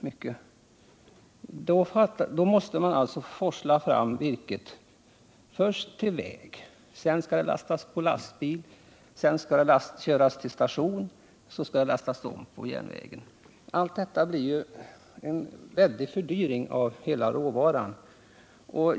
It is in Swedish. Först måste man alltså forsla fram virket till vägen, sedan skall det lastas på lastbil, sedan skall det köras till stationen och sedan skall det lastas om på järnväg. Allt detta innebär en väldig fördyring av råvaran.